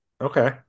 Okay